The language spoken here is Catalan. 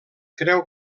creu